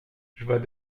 j’vas